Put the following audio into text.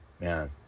man